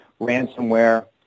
ransomware